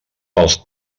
pels